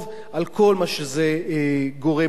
על כל מה שזה גורם לנו.